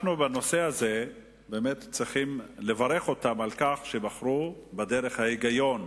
בנושא הזה אנחנו באמת צריכים לברך אותם על כך שבחרו בדרך ההיגיון,